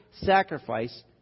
sacrifice